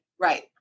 right